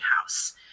house